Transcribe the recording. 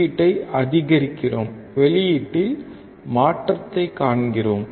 உள்ளீட்டை அதிகரிக்கிறோம் வெளியீட்டில் மாற்றத்தைக் காண்கிறோம்